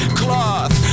cloth